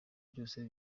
byose